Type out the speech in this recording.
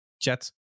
chat